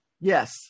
Yes